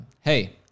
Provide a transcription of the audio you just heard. hey